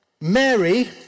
Mary